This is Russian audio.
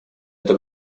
это